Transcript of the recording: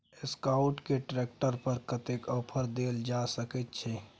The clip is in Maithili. एसकाउट के ट्रैक्टर पर कतेक ऑफर दैल जा सकेत छै?